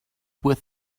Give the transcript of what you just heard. with